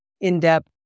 in-depth